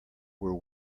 were